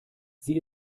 sie